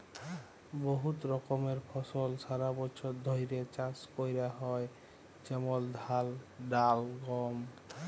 বহুত রকমের ফসল সারা বছর ধ্যরে চাষ ক্যরা হয় যেমল ধাল, ডাল, গম